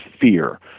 fear